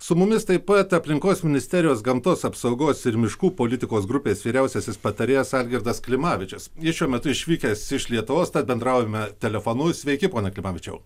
su mumis taip pat aplinkos ministerijos gamtos apsaugos ir miškų politikos grupės vyriausiasis patarėjas algirdas klimavičius jis šiuo metu išvykęs iš lietuvos tad bendraujame telefonu sveiki pone klimavičiau